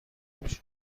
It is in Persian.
میشه